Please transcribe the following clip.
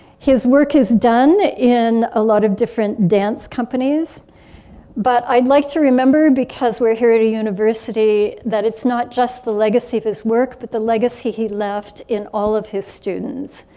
his work is done in a lot of different dance companies but i'd like to remember because we're here at a university that it's not just the legacy of his work but the legacy he left in all of his students.